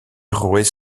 ruiz